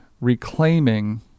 reclaiming